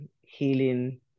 healing